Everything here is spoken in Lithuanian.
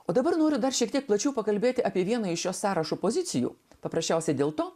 o dabar noriu dar šiek tiek plačiau pakalbėti apie vieną iš šio sąrašo pozicijų paprasčiausiai dėl to